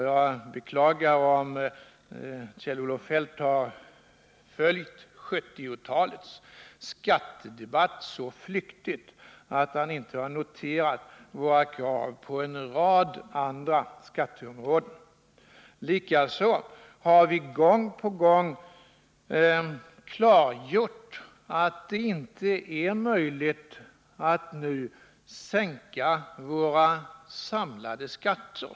Jag beklagar om Kjell-Olof Feldt har följt 1970-talets skattedebatt så flyktigt att han inte noterat våra krav på en rad andra skatteområden. Likaså har vi gång på gång klargjort att det inte är möjligt att nu sänka våra samlade skatter.